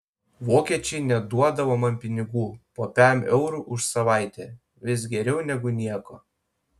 vokiečiai net duodavo man pinigų po pem eurų už savaitę vis geriau negu nieko